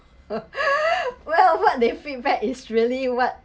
well what they feedback is really what